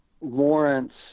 warrants